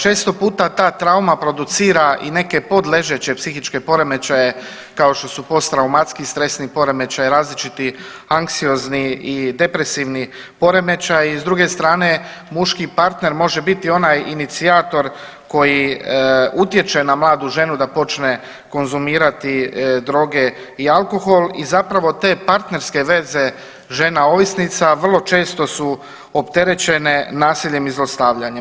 Često puta ta trauma producira i neke podležeće psihičke poremećaje kao što su posttraumatski stresni poremećaj, različiti anksiozni i depresivni poremećaji i s druge strane muški partner može biti onaj inicijator koji utječe na mladu ženu da počne konzumirati droge i alkohol i zapravo te partnerske veze žena ovisnica vrlo često su opterećene nasiljem i zlostavljanjem.